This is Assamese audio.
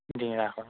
ৰাস হয়